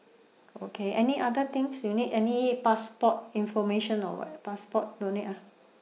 okay any other things you need any passport information or [what] passport no need ah